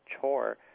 chore